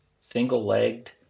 single-legged